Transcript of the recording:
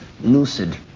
lucid